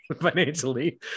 financially